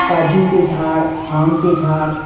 काजू के झाड़ आम के झाड़